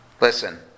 listen